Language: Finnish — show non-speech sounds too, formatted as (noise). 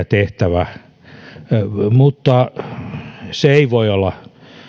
(unintelligible) tehtävä mutta se ei voi olla